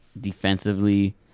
defensively